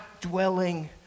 dwelling